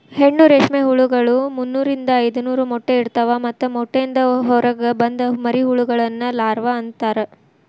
ಹೆಣ್ಣು ರೇಷ್ಮೆ ಹುಳಗಳು ಮುನ್ನೂರಿಂದ ಐದನೂರ ಮೊಟ್ಟೆ ಇಡ್ತವಾ ಮತ್ತ ಮೊಟ್ಟೆಯಿಂದ ಹೊರಗ ಬಂದ ಮರಿಹುಳಗಳನ್ನ ಲಾರ್ವ ಅಂತಾರ